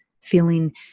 feeling